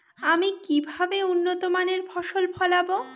আমি কিভাবে উন্নত মানের ফসল ফলাবো?